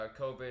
COVID